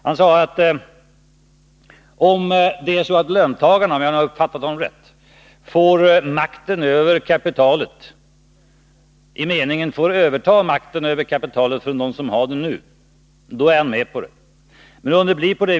Han sade att om löntagarfonderna — om jag nu har uppfattat honom rätt — får makten över kapitalet, i meningen får överta makten över kapitalet från dem som har den nu, då är han med på det.